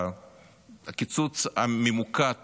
הקיצוץ הממוקד